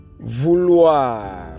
Vouloir